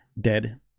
dead